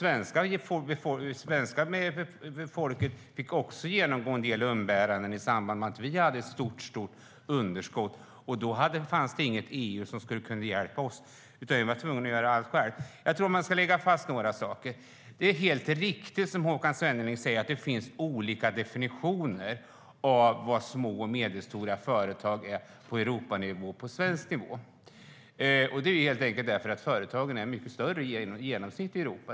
Det svenska folket fick också genomgå en del umbäranden i samband med att vi hade ett stort underskott, och då fanns det inget EU som kunde hjälpa oss. Vi var tvungna att göra allt själva. Jag tror att man ska lägga fast några saker. Håkan Svenneling säger att det finns olika definitioner av små och medelstora företag på europeisk nivå och svensk nivå. Det är helt riktigt. Företagen i Europa är helt enkelt mycket större i genomsnitt.